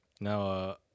now